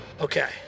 Okay